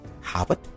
Habit